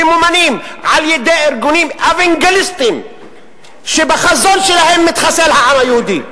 ממומנים על-ידי ארגונים אוונגליסטיים שבחזון שלהם העם היהודי מתחסל.